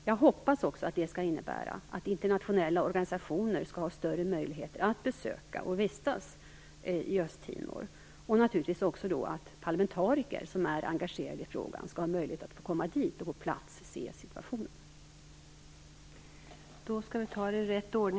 Jag hoppas också att det skall innebära att internationella organisationer skall ha större möjligheter att besöka och vistas i Östtimor och naturligtvis också att parlamentariker som är engagerade i frågan skall ha möjlighet att få komma dit och på plats se situationen.